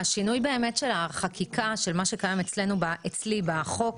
השינוי של החקיקה של מה שקיים אצלי בחוק,